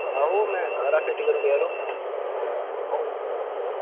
आहो मैं सारा फिट करूड़ेआ यरो